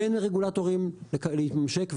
בין רגולטורים להתממשק,